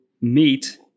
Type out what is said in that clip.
meet